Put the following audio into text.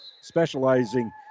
specializing